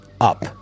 up